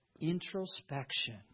introspection